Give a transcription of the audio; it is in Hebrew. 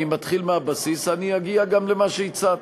אני מתחיל מהבסיס, ואני אגיע גם למה שהצעת.